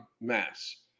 mass